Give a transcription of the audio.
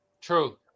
True